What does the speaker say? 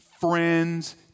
friends